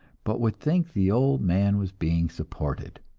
but would think the old man was being supported.